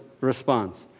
response